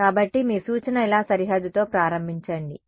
కాబట్టి మీ సూచన ఇలా సరిహద్దుతో ప్రారంభించండి అని